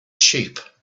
sheep